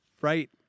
right